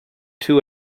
two